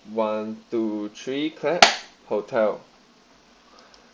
one two three clap hotel